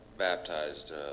baptized